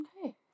Okay